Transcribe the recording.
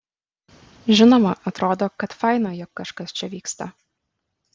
žinoma atrodo kad faina jog kažkas čia vyksta